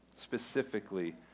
specifically